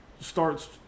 starts